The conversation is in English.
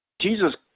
Jesus